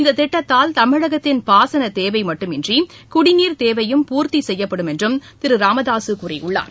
இந்த திட்டத்தால் தமிழகத்தின் பாசன தேவை மட்டுமன்றி குடிநீர் தேவையும் பூர்த்தி செய்யப்படும் என்று திரு ராமதாஸ் கூறியுள்ளார்